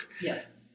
Yes